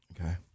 Okay